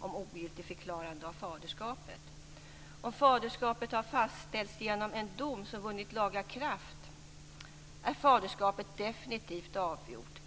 om ogiltigförklarande av faderskapet. Om faderskapet fastställts genom en dom som vunnit laga kraft är faderskapet definitivt avgjort.